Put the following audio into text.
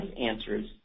answers